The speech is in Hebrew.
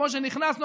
כמו שנכנסנו,